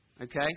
Okay